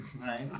right